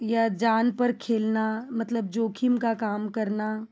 या जान पर खेलना मतलब जोखिम का काम करना